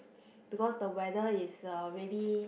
because the weather is uh really